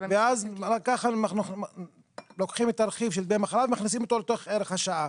ואז ככה אנחנו לוקחים את הרכיב של מי מחלה ומכניסים אותו לתוך ערך השעה.